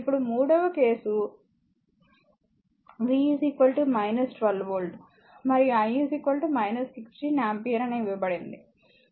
ఇప్పుడు మూడవ case v 12 volt మరియు I 16 ఆంపియర్ అని ఇవ్వబడింది